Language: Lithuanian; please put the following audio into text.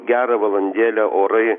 gerą valandėlę orai